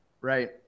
Right